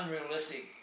unrealistic